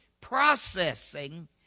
processing